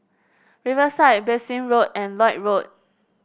Riverside Bassein Road and Lloyd Road